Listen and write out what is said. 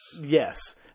Yes